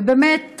ובאמת,